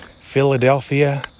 Philadelphia